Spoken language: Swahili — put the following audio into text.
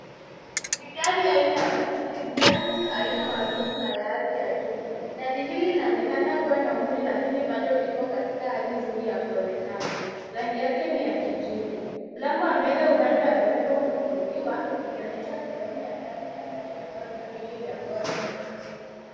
Ni gari ya aina ya Mercedes Benz, aina maarufu na ya hadhi ya juu. Gari hili linaonekana kuwa na umri lakini bado liko katika hali nzuri ya kuonekana. Rangi yake ni ya kijivu. Mlango wa mbele upande wa dereva umefunguliwa ikionyesha sehemu ya ndani ya gari ambayo ina viti vya ngozi nyeusi.